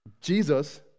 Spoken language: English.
Jesus